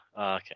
Okay